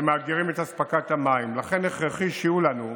שמאתגרים את אספקת המים, ולכן הכרחי שיהיו לנו,